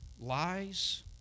lies